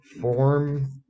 form